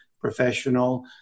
professional